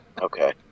Okay